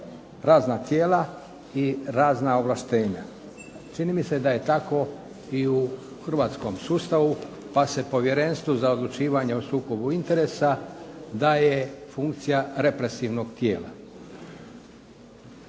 razna tijela i razna ovlaštenja. Čini mi se da je tako i u hrvatskom sustavu pa se Povjerenstvu za odlučivanje o sukobu interesa daje funkcija represivnog tijela.